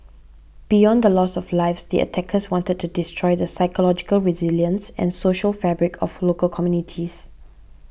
beyond the loss of lives the attackers wanted to destroy the psychological resilience and social fabric of local communities